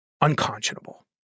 unconscionable